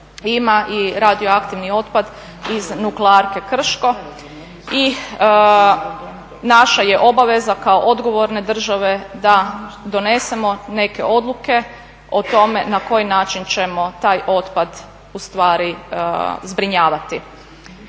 ima i radioaktivni otpad iz nuklearke Krško i naša je obaveza kao odgovorne države da donesemo neke odluke o tome na koji način ćemo taj otpad ustvari zbrinjavati.